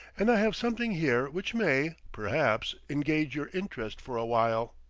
and i have something here which may, perhaps, engage your interest for a while.